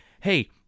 hey